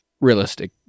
realistic